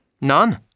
None